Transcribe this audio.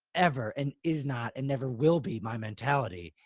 ever an is not and never will be my mentality.